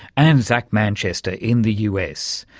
and zac manchester in the us.